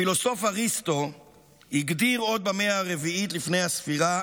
הפילוסוף אריסטו הגדיר עוד במאה הרביעית לפני הספירה